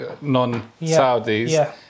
non-Saudis